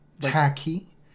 tacky